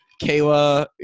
Kayla